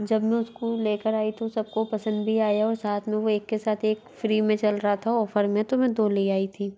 जब मैं उसको लेकर आई तो सबको पसंद भी आया ओर साथ में वो एक के साथ एक फ्री में चल रहा था ऑफर में तो मैं दो ले आई थी